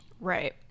Right